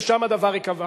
ושם הדבר ייקבע.